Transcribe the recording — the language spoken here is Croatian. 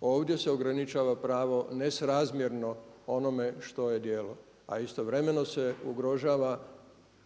Ovdje se ograničava pravo nesrazmjerno onome što je djelo a istovremeno se ugrožava,